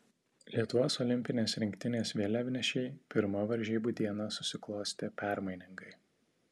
lietuvos olimpinės rinktinės vėliavnešei pirma varžybų diena susiklostė permainingai